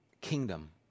kingdom